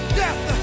death